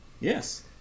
Yes